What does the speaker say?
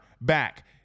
back